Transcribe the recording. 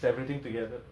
oh my god